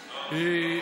אה,